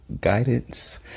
guidance